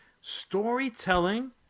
storytelling